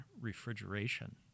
refrigeration